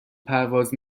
پرواز